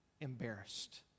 embarrassed